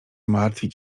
martwić